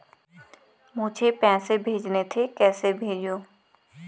मुझे पैसे भेजने थे कैसे भेजूँ?